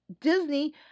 Disney